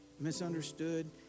misunderstood